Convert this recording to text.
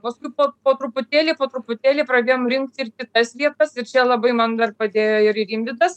paskui po po truputėlį po truputėlį pradėjom rinkt ir tas vietas ir čia labai man dar padėjo ir rimvydas